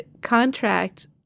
contract